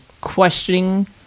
questioning